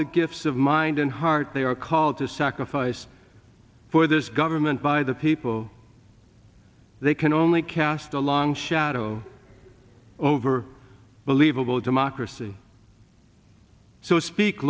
the gifts of mind and heart they are called to sacrifice for this government by the people they can only cast a long shadow over believable democracy so speak